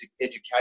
education